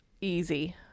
easy